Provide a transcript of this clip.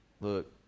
Look